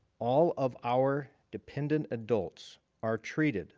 all of our dependent adults are treated